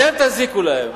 אתם תזיקו להם.